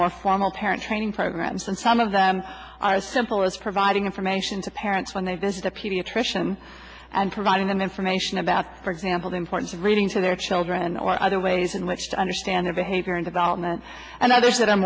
more formal parent training programs and some of them are simple as providing information to parents when they visit a pediatrician and providing them information about for example the importance of reading to their children or other ways in which to understand their behavior in development and others that are